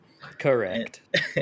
correct